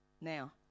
Now